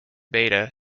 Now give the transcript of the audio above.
beta